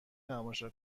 تماشا